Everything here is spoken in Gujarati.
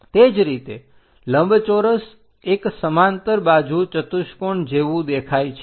તે જ રીતે લંબચોરસ એક સમાંતર બાજુ ચતુષ્કોણ જેવુ દેખાય છે